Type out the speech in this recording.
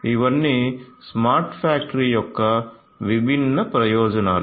ఇవన్నీ smart factory యొక్క విభిన్న ప్రయోజనాలు